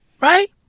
Right